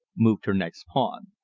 moved her next pawn.